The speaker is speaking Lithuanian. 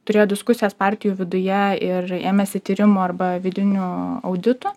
turėjo diskusijas partijų viduje ir ėmėsi tyrimų arba vidinių auditų